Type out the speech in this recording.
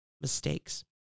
mistakes